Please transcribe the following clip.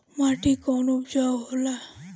माटी कौन उपजाऊ होला?